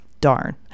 darn